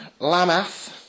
lamath